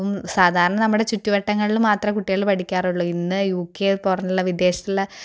ഇപ്പം സാധാരണ നമ്മുടെ ചുറ്റുവട്ടങ്ങളിൽ മാത്രമേ കുട്ടികൾ പഠിക്കാറുള്ളൂ ഇന്ന് യു കെ പോലുള്ള വിദേശത്തുള്ള